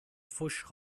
pfusch